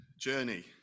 journey